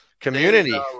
Community